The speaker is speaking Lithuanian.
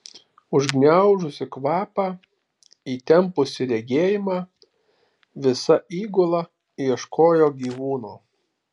užgniaužusi kvapą įtempusi regėjimą visa įgula ieškojo gyvūno